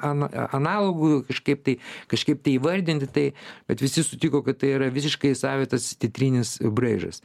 ana analogų kažkaip tai kažkaip tai įvardinti tai bet visi sutiko kad tai yra visiškai savitas teatrinis braižas